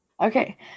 Okay